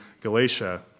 Galatia